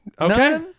Okay